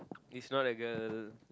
is not a girl